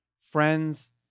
friends